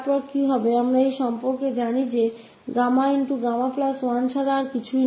फिर क्या होगा हम इस संबंध को जानते हैं कि यह Γ𝛾 1 के अलावा और कुछ नहीं होगा बल्कि γ